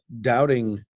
doubting